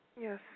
Yes